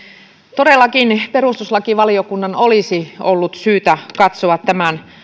todellakin perustuslakivaliokunnan olisi ollut syytä katsoa tämän